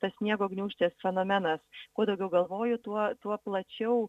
tas sniego gniūžtės fenomenas kuo daugiau galvoju tuo tuo plačiau